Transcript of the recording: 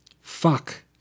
Fuck